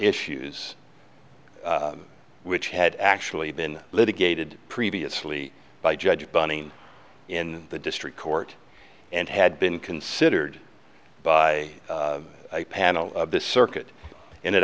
issues which had actually been litigated previously by judge bunny in the district court and had been considered by a panel of the circuit and it